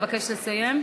אבקש לסיים.